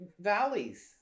valleys